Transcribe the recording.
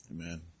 Amen